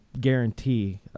guarantee